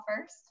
first